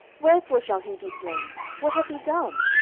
wherefore shall he be slain? what hath he done?